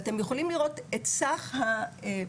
ואתם יכולים לראות את סך הבקשות